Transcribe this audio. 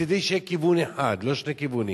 מצדי, שיהיה כיוון אחד, לא שני כיוונים.